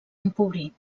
empobrir